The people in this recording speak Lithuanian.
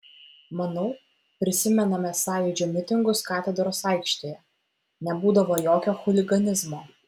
manau prisimename sąjūdžio mitingus katedros aikštėje nebūdavo jokio chuliganizmo